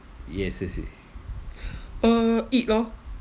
yes yes yes uh eat lor